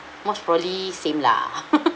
most probably same lah